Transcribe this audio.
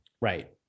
Right